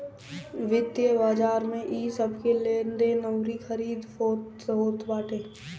वित्तीय बाजार में इ सबके लेनदेन अउरी खरीद फोक्त होत बाटे